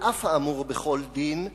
על אף האמור בכל דין,